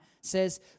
says